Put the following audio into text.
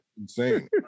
Insane